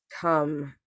come